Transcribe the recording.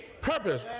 purpose